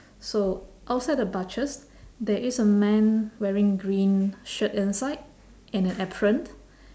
so outside the butchers there is a man wearing green shirt inside in a apron